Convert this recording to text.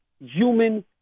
human